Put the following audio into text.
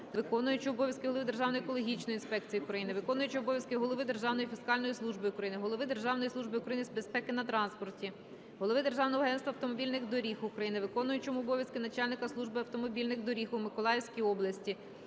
виконуючого обов'язки голови Державної екологічної інспекції України, виконуючого обов'язки голови Державної фіскальної служби України, голови Державної служби України з безпеки на транспорті, голови Державного агентства автомобільних доріг України, виконуючому обов'язки начальника Служби автомобільних доріг у Миколаївській області,